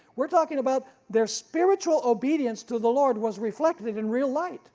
we are talking about their spiritual obedience to the lord was reflected in real light